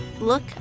Look